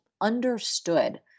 understood